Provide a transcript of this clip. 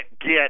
get